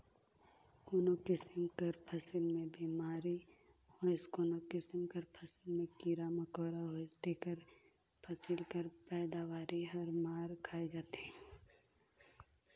कोनो किसिम कर फसिल में बेमारी होइस कोनो किसिम कर फसिल में कीरा मकोरा होइस तेकर फसिल कर पएदावारी हर मार खाए जाथे